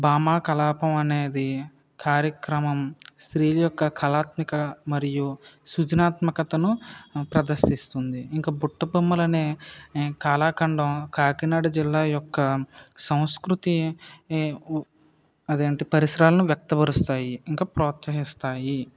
భామాకలాపం అనేది కార్యక్రమం స్త్రీ యొక్క కళాత్మక మరియు సృజనాత్మకతను ప్రదర్శిస్తుంది ఇంకా బుట్ట బొమ్మలనే కళాఖండం కాకినాడ జిల్లా యొక్క సంస్కృతి అదేంటి పరిసరాలను వ్యక్త పరుస్తాయి ఇంకా ప్రోత్సహిస్తాయి